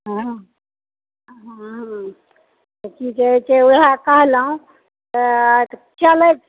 हँ हँ कि कहए छै ओएह कहलहुँ आ चलए